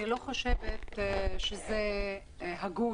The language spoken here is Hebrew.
אני לא חושבת שאנחנו צריכים